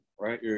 right